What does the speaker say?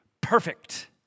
perfect